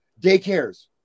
daycares